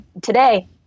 today